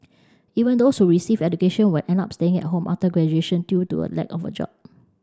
even those who received education would end up staying at home after graduation due to the lack of a job